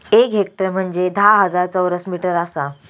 एक हेक्टर म्हंजे धा हजार चौरस मीटर आसा